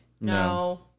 No